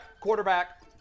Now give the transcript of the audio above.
Quarterback